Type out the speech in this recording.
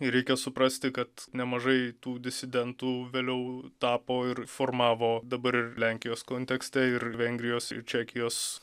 ir reikia suprasti kad nemažai tų disidentų vėliau tapo ir formavo dabar ir lenkijos kontekste ir vengrijos čekijos